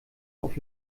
auf